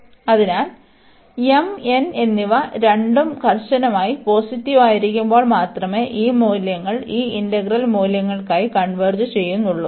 അതിനാൽ m n എന്നിവ രണ്ടും കർശനമായി പോസിറ്റീവ് ആയിരിക്കുമ്പോൾ മാത്രമേ ഈ മൂല്യങ്ങൾ ഈ ഇന്റഗ്രൽ മൂല്യങ്ങൾക്കായി കൺവെർജ്ചെയ്യുന്നുള്ളു